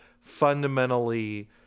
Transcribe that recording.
fundamentally